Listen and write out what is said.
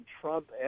Trump